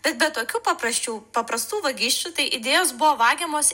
bet be tokių paprasčiau paprastų vagysčių tai idėjos buvo vagiamos